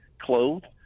clothed